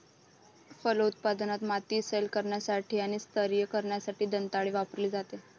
फलोत्पादनात, माती सैल करण्यासाठी आणि स्तरीय करण्यासाठी दंताळे वापरला जातो